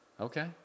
Okay